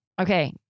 Okay